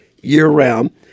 year-round